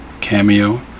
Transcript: cameo